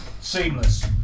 Seamless